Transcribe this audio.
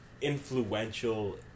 Influential